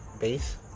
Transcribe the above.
base